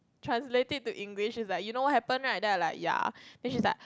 translate it to English is like you know what happen right then I like ya then she's like